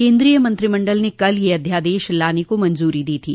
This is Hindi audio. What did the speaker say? केंद्रीय मंत्रिमंडल ने कल यह अध्यादेश लाने को मंजूरी दी थी